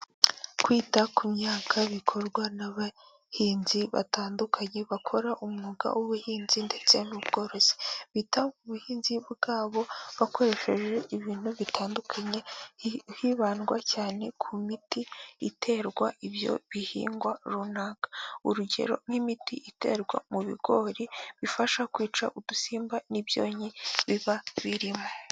Kwita ku myaka bikorwa n'abahinzi batandukanye bakora umwuga w'ubuhinzi ndetse n'ubworozi, bita ku buhinzi bwabo bakoresheje ibintu bitandukanye hibandwa cyane ku miti iterwa ibyo bihingwa runaka, urugero nk'imiti iterwa mu bigori bifasha kwica udusimba n'ibyonnyi biba birimo.